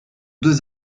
deux